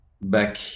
back